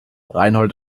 reinhold